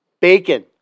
Bacon